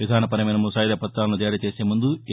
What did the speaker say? విధాన పరమైన ముసాయిదా పతాలను జారీ చేసే ముందు ఎ